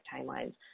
timelines